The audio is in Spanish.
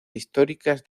históricas